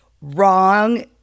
wrong